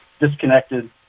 disconnected